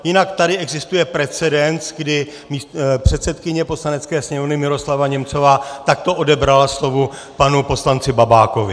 Jinak tady existuje precedens, kdy předsedkyně Poslanecké sněmovny Miroslava Němcová takto odebrala slovo panu poslanci Babákovi.